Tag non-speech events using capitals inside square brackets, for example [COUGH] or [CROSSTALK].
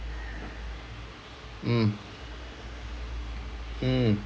[NOISE] mm mm